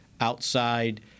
outside